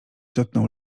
dotknął